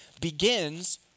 begins